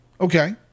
Okay